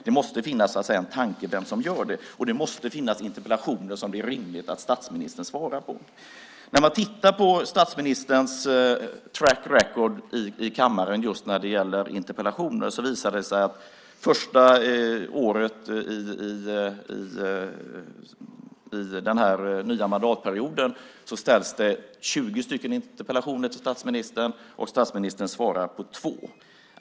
Det måste finnas en tanke med vem som gör det och det måste finnas interpellationer som det är rimligt att statsministern svarar på. Statsministerns track record i kammaren när det gäller interpellationer visar att det under första året av den här mandatperioden ställdes 20 interpellationer till statsministern. Statsministern svarade på två.